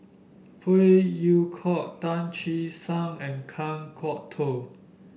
Phey Yew Kok Tan Che Sang and Kan Kwok Toh